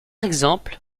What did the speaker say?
exemple